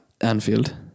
Anfield